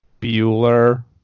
Bueller